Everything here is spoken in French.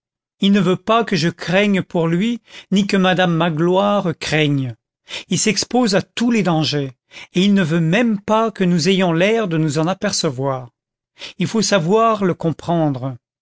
il ne veut pas que je craigne pour lui ni que madame magloire craigne il s'expose à tous les dangers et il ne veut même pas que nous ayons l'air de nous en apercevoir il faut savoir le comprendre